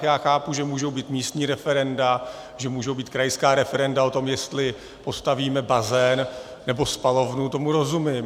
Já chápu, že můžou být místní referenda, že můžou být krajská referenda o tom, jestli postavíme bazén nebo spalovnu, tomu rozumím.